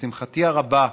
לשמחתי הרבה,